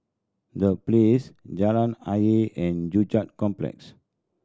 The Place Jalan Ayer and Joo Chiat Complex